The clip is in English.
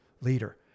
leader